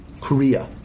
Korea